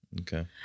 Okay